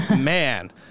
man